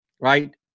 right